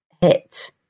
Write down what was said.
hit